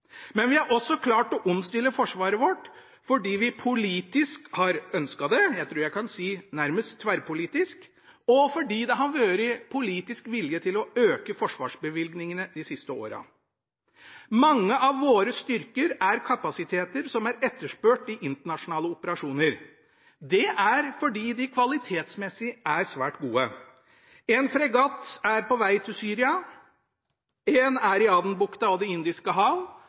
Men vi har også klart å omstille Forsvaret vårt fordi vi politisk har ønsket det – jeg tror jeg kan si nærmest tverrpolitisk – og fordi det har vært politisk vilje til å øke forsvarsbevilgningene de siste årene. Mange av våre styrker er kapasiteter som er etterspurt i internasjonale operasjoner. Det er fordi de kvalitetsmessig er svært gode. Én fregatt er på vei til Syria, én er i Adenbukta og Det indiske hav.